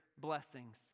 blessings